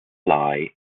lie